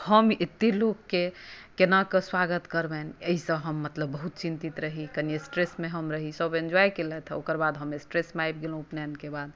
हम एते लोककेँ केना कऽ स्वागत करबनि एहिसँ हम मतलब बहुत चिन्तित रही कनी स्ट्रेस मे हम रही सब एन्जॉय केलथि आ ओकर बाद हम स्ट्रेस मे आबि गेलहुॅं उपनयनके बाद